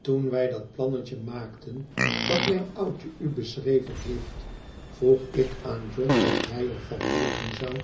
toen wij dat plannetje maakten dat mijn oudje u beschreven heeft vroeg ik aan john wat hij er van denken zou